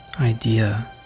idea